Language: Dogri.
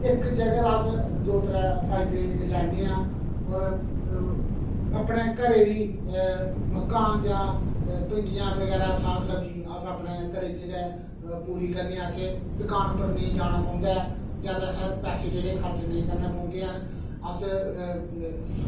इक्क जगह दा अस दौ त्रै फायदे लैन्ने आं होर अपने घरै दी मक्कां जां भिंडियां जां साग सब्ज़ी अस अपने घरै च गै पूरी करने आं असें दकान पर नेईं जाना पौंदा ऐ जादैतर पैसे जेह्ड़े खर्च नेईं करना पौंदे हैन अस